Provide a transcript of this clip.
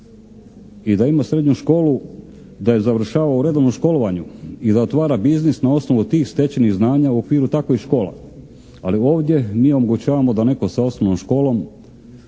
i da ima srednju školu, da je završava u redovnom školovanju i da otvara biznis na osnovu tih stečenih znanja u okviru takovih škola. Ali ovdje mi omogućavamo da netko sa osnovnom školom